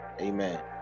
amen